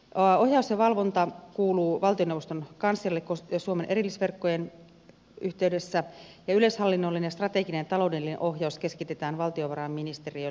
ohjaus ja valvonta kuuluvat valtioneuvoston kanslialle suomen erillisverkkojen yhteydessä ja yleishallinnollinen strateginen ja taloudellinen ohjaus keskitetään valtiovarainministeriölle